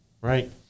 right